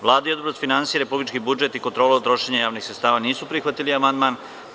Vlada i Odbor za finansije, republički budžet i kontrolu trošenja javnih sredstava nisu prihvatili amandman.